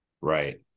Right